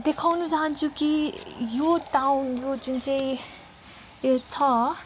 देखाउन चाहन्छु कि यो टाउन यो जुन चाहिँ यो छ